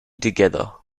together